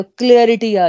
clarity